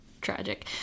tragic